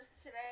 today